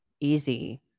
easy